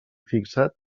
fixat